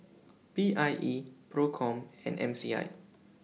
P I E PROCOM and M C I